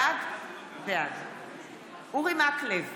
בעד אורי מקלב,